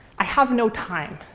i have no time.